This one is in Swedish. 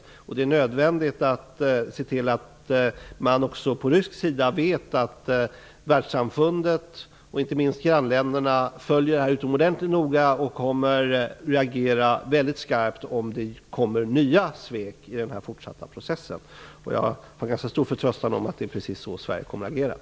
Det är också av största vikt att man på rysk sida vet att världssamfundet och inte minst grannländerna följer detta utomordentligt noga och kommer att reagera mycket skarpt, om det kommer nya svek i den fortsatta processen. Jag har ganska stor förtröstan om att det är precis så Sverige kommer att agera.